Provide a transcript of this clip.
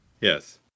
Yes